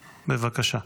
בבקשה.